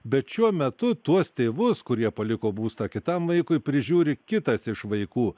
bet šiuo metu tuos tėvus kurie paliko būstą kitam vaikui prižiūri kitas iš vaikų